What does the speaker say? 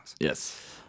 Yes